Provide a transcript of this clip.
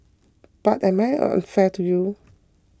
but am I unfair to you